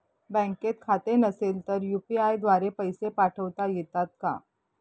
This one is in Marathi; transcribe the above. बँकेत खाते नसेल तर यू.पी.आय द्वारे पैसे पाठवता येतात का?